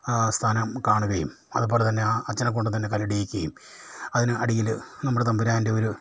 ആ സ്ഥാനം കാണുകയും അതുപോലെ തന്നെ ആ അച്ഛനെ കൊണ്ട് തന്നെ കല്ലിടിക്കുകയും അതിന് അടിയിൽ നമ്മുടെ തമ്പുരാൻ്റെ ഒരു